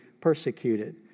persecuted